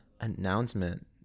Announcement